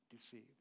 deceived